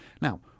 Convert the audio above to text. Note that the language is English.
Now